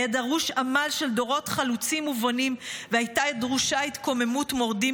היה דרוש עמל של דורות חלוצים ובונים והייתה דרושה התקוממות מורדים,